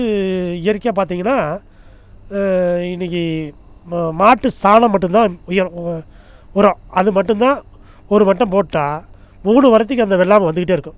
இயற்கையாக பார்த்திங்கனா இன்னைக்கு ம மாட்டு சாணம் மட்டும் தான் உயர உரம் அது மட்டும் தான் ஒரு வட்டம் போட்டுட்டால் மூணு வரத்திக்கு அந்த வெள்ளாமை வந்துக்கிட்டே இருக்கும்